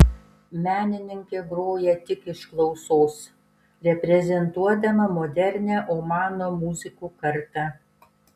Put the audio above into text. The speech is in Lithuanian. menininkė groja tik iš klausos reprezentuodama modernią omano muzikų kartą